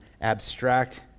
abstract